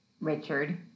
Richard